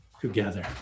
together